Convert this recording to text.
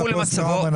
למצבו.